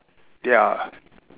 ya